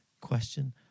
question